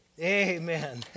Amen